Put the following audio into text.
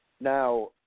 Now